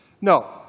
No